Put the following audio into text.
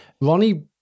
Ronnie